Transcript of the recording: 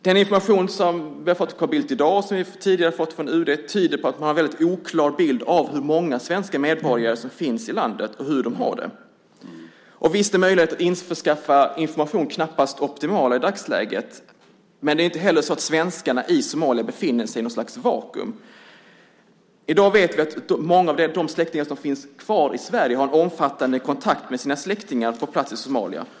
Den information som vi har fått av Carl Bildt i dag och som vi tidigare har fått från UD tyder på att man har en väldigt oklar bild av hur många svenska medborgare som finns i landet och hur de har det. Visst är möjligheten att införskaffa information knappast optimal i dagsläget, men det är inte heller så att svenskarna i Somalia befinner sig i något slags vakuum. Vi vet att många av de släktingar som finns kvar i Sverige har en omfattande kontakt med sina släktingar på plats i Somalia.